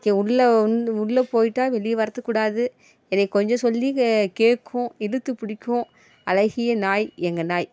K உள்ளே வந்து உள்ளே போயிட்டால் வெளியே வரக்கூடாது இதை கொஞ்சம் சொல்லி கே கேட்கும் இழுத்து பிடிக்கும் அழகிய நாய் எங்கள் நாய்